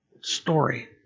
story